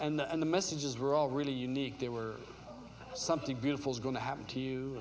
s and the messages were all really unique there were something beautiful is going to happen to you